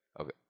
Okay